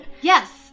Yes